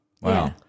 Wow